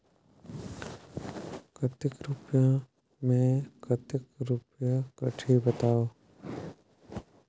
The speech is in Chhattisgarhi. कतेक रुपिया मे कतेक रुपिया कटही बताव?